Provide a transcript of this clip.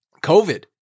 COVID